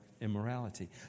immorality